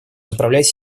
направлять